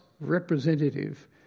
representative